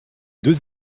deux